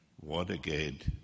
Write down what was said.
Watergate